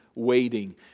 waiting